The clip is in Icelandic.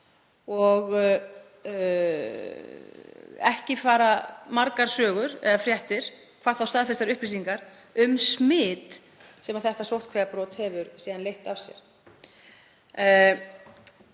og ekki fara margar sögur eða fréttir, hvað þá staðfestar upplýsingar, af smitum sem þetta sóttkvíarbrot hefur síðan leitt af sér.